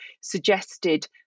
suggested